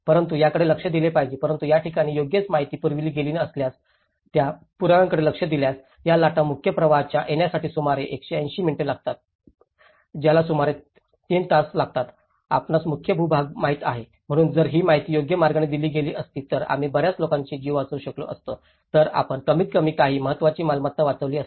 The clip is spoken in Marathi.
परंतु याकडे लक्ष दिले पाहिजे परंतु या ठिकाणी योग्य माहिती पुरविली गेली असल्यास त्या पुराव्यांकडे लक्ष दिल्यास या लाटा मुख्य प्रवाहात येण्यासाठी सुमारे 180 मिनिटे लागतात ज्याला सुमारे 3 तास लागतात आपणास मुख्य भूभाग माहित आहे म्हणून जर ती माहिती योग्य मार्गाने दिली गेली असती तर आम्ही बर्याच लोकांचे जीव वाचवू शकलो असतो तर आपण कमीतकमी काही महत्त्वाची मालमत्ता वाचवली असती